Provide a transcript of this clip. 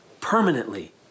permanently